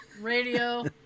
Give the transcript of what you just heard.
radio